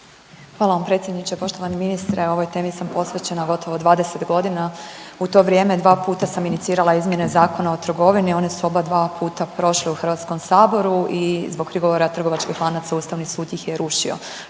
Hvala vam predsjedniče. Poštovani ministre ovoj temi sam posvećena gotovo 20 godina, u to vrijeme dva puta sam inicirala izmjene Zakona o trgovini, oni su oba dva puta prošli u Hrvatskom saboru i zbog prigovora trgovačkih lanaca Ustavni sud iz je rušio.